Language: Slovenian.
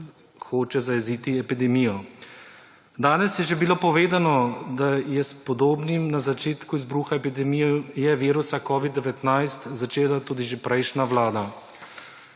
vlada zajeziti epidemijo. Danes je že bilo povedano, da je s podobnim na začetku izbruha epidemije covida-19 začela že prejšnja vlada.